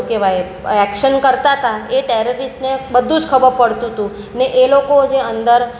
શું કહેવાય એક્શન કરતા હતા એ ટેરરિસ્ટને બધું જ ખબર પળતું તું ને એ લોકો જે અંદર